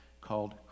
called